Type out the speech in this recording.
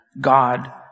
God